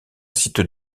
site